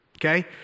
okay